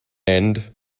end